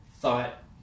thought